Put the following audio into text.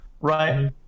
right